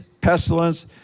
pestilence